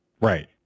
Right